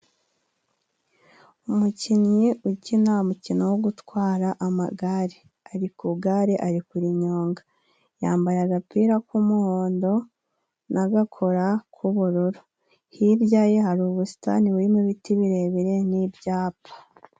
Umukinnyi ukina umukino wo gutwara amagare ari kugare ari kurinyonga yambaye agapira k'umuhondo na gakora k'ubururu hirya ye hari ubusitani burimo ibiti birebire n'ibyapa.